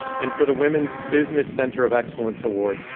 and for the women's business center of excellence award,